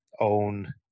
own